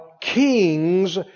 kings